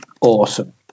awesome